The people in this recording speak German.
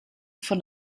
von